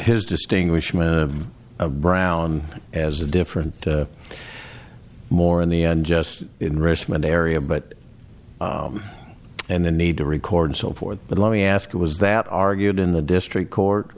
his distinguishment of brown as a different more in the just in richmond area but and the need to record and so forth but let me ask you was that argued in the district court